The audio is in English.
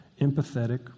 empathetic